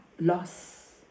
loss